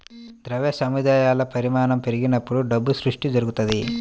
ద్రవ్య సముదాయాల పరిమాణం పెరిగినప్పుడు డబ్బు సృష్టి జరుగుతది